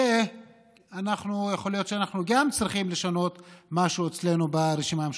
יכול להיות שאנחנו גם צריכים לשנות משהו אצלנו ברשימה המשותפת,